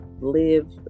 live